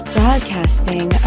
Broadcasting